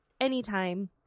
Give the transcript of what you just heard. anytime